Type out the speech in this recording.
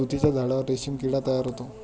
तुतीच्या झाडावर रेशीम किडा तयार होतो